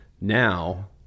Now